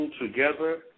together